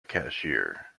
cashier